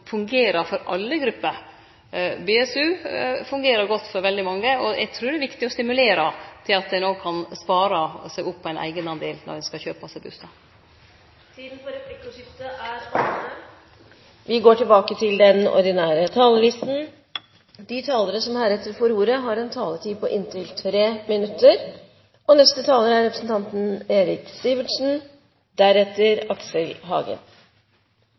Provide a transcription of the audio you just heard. fungerer for alle grupper. BSU fungerer godt for veldig mange, og eg trur det er viktig å stimulere til at ein òg kan spare seg opp ein eigendel når ein skal kjøpe seg bustad. Da er replikkordskiftet omme. De talere som heretter får ordet, har en taletid på inntil 3 minutter.